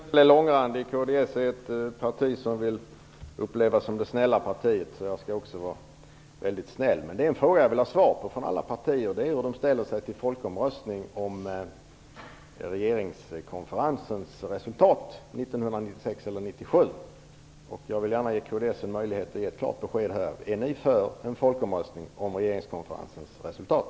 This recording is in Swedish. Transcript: Fru talman! Jag skall inte bli långrandig. Kds är ett parti som vill upplevas som det snälla partiet. Jag skall också vara väldigt snäll. Det är en fråga som jag vill ha svar på från alla partier, och det är hur de ställer sig till en folkomröstning om regeringskonferensens resultat 1996 eller 1997. Jag vill gärna ge kds en möjlighet att ge ett klart besked här. Är ni för en folkomröstning om regeringskonferensens resultat?